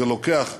זה לוקח זמן,